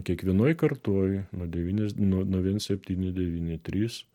kiekvienoj kartoj nuo devyni nuo viens septyni devyni trys